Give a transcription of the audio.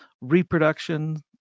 reproduction